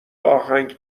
آهنگ